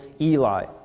Eli